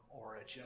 origin